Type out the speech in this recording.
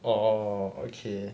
orh okay